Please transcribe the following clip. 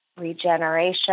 regeneration